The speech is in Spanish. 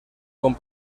con